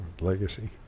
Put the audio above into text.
Legacy